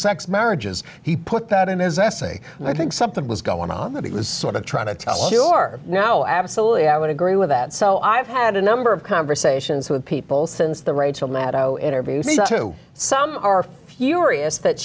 sex marriages he put that in his essay and i think something was going on that it was sort of trying to tell you are now absolutely i would agree with that so i've had a number of conversations with people since the rachel maddow interview to some are furious that